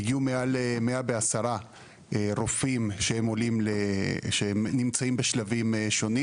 הגיעו מעל 110 רופאים שנמצאים בשלבים שונים